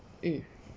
mm